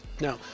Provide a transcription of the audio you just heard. now